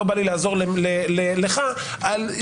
לא בא לי לעזור לך שהפרו,